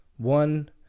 One